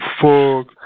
fuck